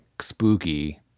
spooky